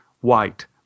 white